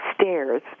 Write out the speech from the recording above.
stairs